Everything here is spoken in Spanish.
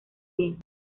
bien